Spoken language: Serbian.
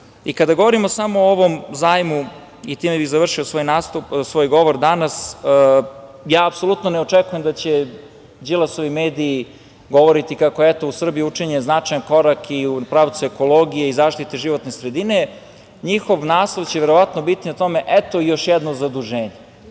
govorimo samo o ovom zajmu, i time bih završio svoj govor danas, ja apsolutno ne očekujem da će Đilasovi mediji govoriti kako je u Srbiji učinjen značajan korak i u pravcu ekologije i zaštite životne sredine. Njihov naslov će verovatno biti - eto još jedno zaduženje.